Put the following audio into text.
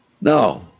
No